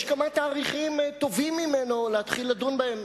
יש כמה תאריכים טובים מהתאריך הזה להתחיל לדון בהם,